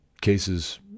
cases